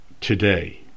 Today